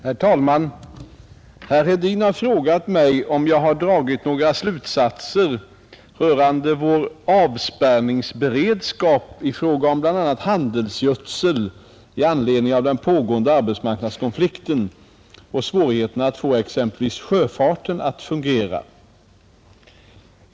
Herr talman! Herr Hedin har frågat mig om jag har dragit några slutsatser rörande vår avspärrningsberedskap i fråga om bl.a. handelsgödsel i anledning av den pågående arbetsmarknadskonflikten och svårigheterna att få exempelvis sjöfarten att fungera.